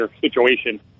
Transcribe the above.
situation